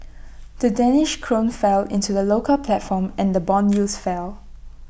the danish Krone fell in the local platform and Bond yields fell